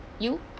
you